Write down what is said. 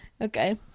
Okay